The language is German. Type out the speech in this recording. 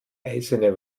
eisene